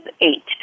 eight